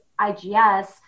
IGS